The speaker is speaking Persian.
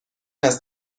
است